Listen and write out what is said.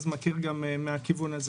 ואני מכיר גם מהכיוון הזה.